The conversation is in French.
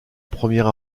première